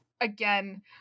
Again